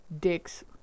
dicks